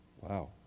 Wow